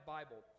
Bible